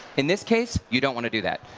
in this case you don't want to do this.